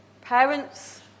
Parents